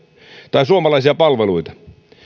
tai suomalaisia palveluita